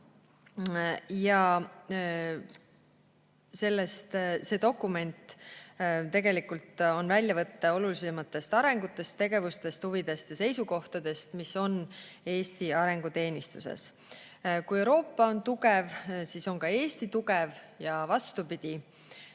ja see dokument tegelikult on väljavõte olulisematest arengutest, tegevustest, huvidest ja seisukohtadest, mis on Eesti arengu teenistuses. Kui Euroopa on tugev, siis on ka Eesti tugev, ja vastupidi.